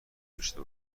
داشته